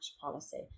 policy